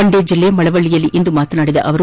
ಮಂಡ್ಕ ಜಿಲ್ಲೆ ಮಳವಳ್ಳಯಲ್ಲಿಂದು ಮಾತನಾಡಿದ ಅವರು